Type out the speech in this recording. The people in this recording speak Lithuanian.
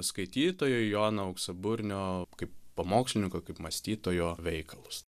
skaitytojui jono auksaburnio kaip pamokslininko kaip mąstytojo veikalus